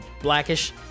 Blackish